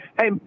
hey